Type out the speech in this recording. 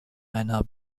einer